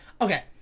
okay